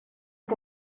que